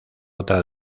otra